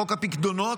חוק הפיקדונות.